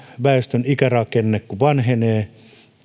väestömme ikärakenne vanhenee